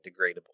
degradable